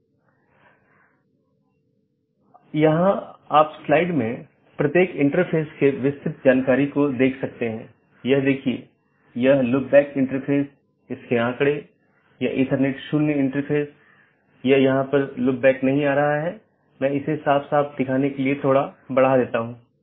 अगर जानकारी में कोई परिवर्तन होता है या रीचचबिलिटी की जानकारी को अपडेट करते हैं तो अपडेट संदेश में साथियों के बीच इसका आदान प्रदान होता है